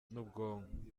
n’ubwonko